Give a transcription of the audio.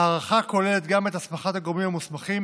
ההארכה כוללת גם את הסמכת הגורמים המוסמכים